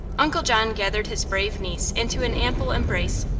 uncle john gathered his brave niece into an ample embrace.